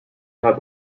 have